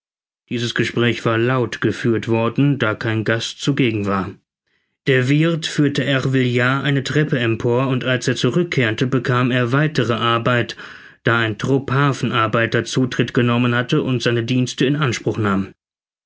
dieses gespräch war laut geführt worden da kein gast zugegen war der wirth führte ervillard eine treppe empor und als er zurückkehrte bekam er weitere arbeit da ein trupp hafenarbeiter zutritt genommen hatte und seine dienste in anspruch nahm